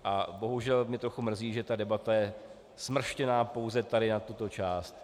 A bohužel mě trochu mrzí, že ta debata je smrštěná pouze tady na tuto část.